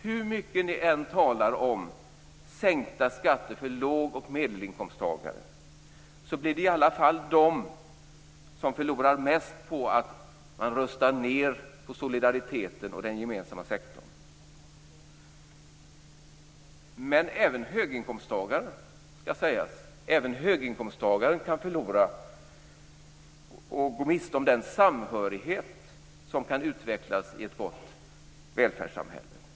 Hur mycket ni än talar om sänkta skatter för lågoch medelinkomsttagare, så blir det i alla fall de som förlorar mest på att man rustar ned solidariteten och den gemensamma sektorn. Men även höginkomsttagare kan gå miste om den samhörighet som kan utvecklas i ett gott välfärdssamhälle.